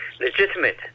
legitimate